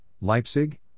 Leipzig